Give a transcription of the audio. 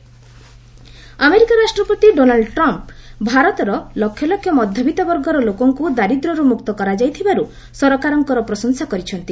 Trump UNGA America ରାଷ୍ଟ୍ରପତି Donald Trump ଭାରତର ଲକ୍ଷ ଲକ୍ଷ ମଧ୍ୟବିତ୍ତ ବର୍ଗର ଲୋକଙ୍କୁ ଦାରିଦ୍ର୍ୟରୁ ମୁକ୍ତ କରାଯାଇଥିବାରୁ ସରକାରଙ୍କର ପ୍ରଶଂସା କରିଛନ୍ତି